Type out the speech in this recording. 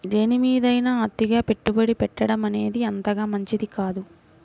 దేనిమీదైనా అతిగా పెట్టుబడి పెట్టడమనేది అంతగా మంచిది కాదు